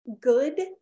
good